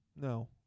No